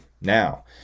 Now